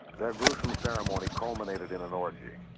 their gruesome ceremony culminated in an orgy.